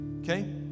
Okay